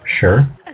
Sure